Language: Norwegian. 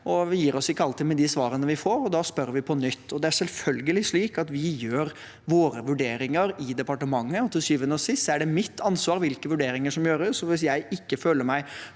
vi gir oss ikke alltid med de svarene vi får, og da spør vi på nytt. Det er selvfølgelig slik at vi gjør våre vurderinger i departementet. Til syvende og sist er det mitt ansvar hvilke vurderinger som gjøres, og hvis jeg ikke føler meg